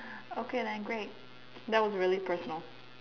okay then great that was really personal